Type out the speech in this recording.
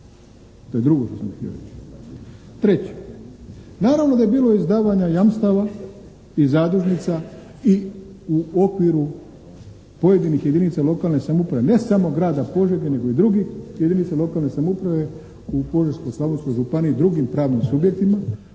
To je drugo što sam htio reći. Treće, naravno da je bilo izdavanja jamstava i zadužnica i u okviru pojedinih jedinica lokalne samouprave ne samo grada Požege nego i drugih jedinica lokalne samouprave u Požeško-Slavonskoj županiji, drugi pravnim subjektima